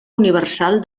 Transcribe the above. universal